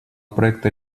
проекта